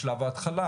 ההתחלה,